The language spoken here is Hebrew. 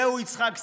זהו יצחק שדה.